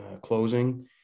closing